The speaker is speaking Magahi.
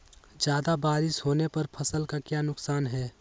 ज्यादा बारिस होने पर फसल का क्या नुकसान है?